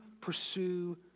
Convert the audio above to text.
pursue